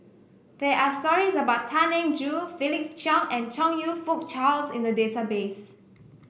there are stories about Tan Eng Joo Felix Cheong and Chong You Fook Charles in the database